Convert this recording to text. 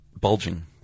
Bulging